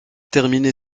terminé